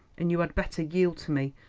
and you had better yield to me,